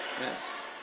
Yes